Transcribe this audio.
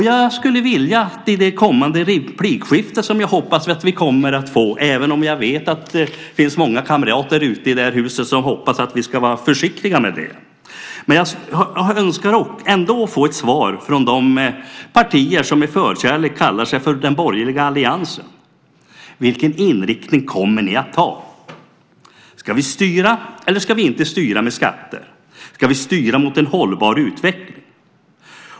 Jag skulle i det replikskifte som jag hoppas att vi kommer att få - jag vet att det finns många kamrater ute i det här huset som hoppas att vi ska vara försiktiga med det - vilja få ett svar från de partier som med förkärlek kallar sig den borgerliga alliansen. Vilken inriktning kommer ni att ta? Ska vi styra eller ska vi inte styra med skatter? Ska vi styra mot en hållbar utveckling?